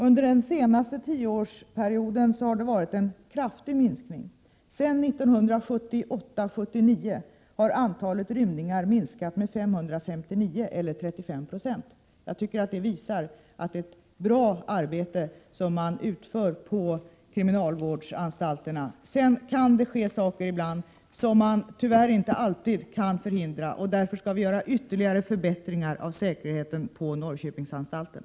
Under den senaste tioårsperioden har det skett en kraftig minskning. Sedan 1978/79 har antalet rymningar minskat med 559 eller med 35 20. Det visar att man utför ett bra arbete på kriminalvårdsanstalterna. Ibland kan det emellertid inträffa händelser, som man tyvärr inte alltid kan förhindra. Därför skall vi genomföra ytterligare förbättringar av säkerheten på Norrköpingsanstalten.